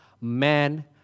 man